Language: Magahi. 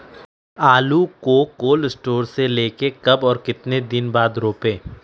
आलु को कोल शटोर से ले के कब और कितना दिन बाद रोपे?